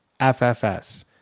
FFS